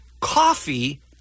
coffee